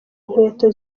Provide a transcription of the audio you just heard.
inkweto